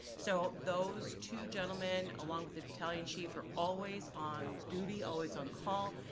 so those two gentlemen, along with the battalion chief, are always on duty, always on call.